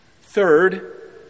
Third